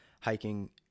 hiking